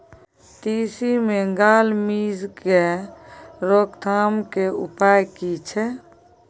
तिसी मे gall midge के रोकथाम के उपाय की छै?